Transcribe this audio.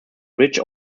bridge